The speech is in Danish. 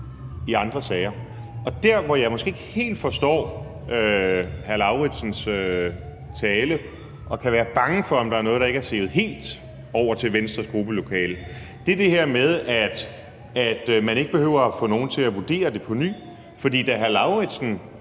i andre sager. Og der, hvor jeg måske ikke helt forstår hr. Karsten Lauritzens tale og kan være bange for, om der er noget, der ikke er sivet helt over til Venstres gruppelokale, er det her med, at man ikke behøver at få nogen til at vurdere det på ny, for da hr. Karsten